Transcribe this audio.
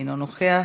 אינו נוכח,